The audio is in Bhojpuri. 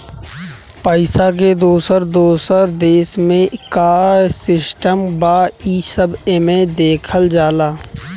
पइसा के दोसर दोसर देश मे का सिस्टम बा, ई सब एमे देखल जाला